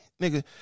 Nigga